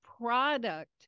product